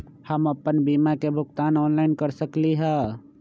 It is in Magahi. हम अपन बीमा के भुगतान ऑनलाइन कर सकली ह?